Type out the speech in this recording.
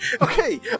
Okay